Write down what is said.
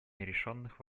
нерешенных